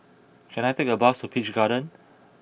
can I take a bus to Peach Garden